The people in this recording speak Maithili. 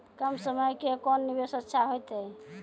कम समय के कोंन निवेश अच्छा होइतै?